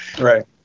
right